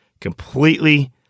completely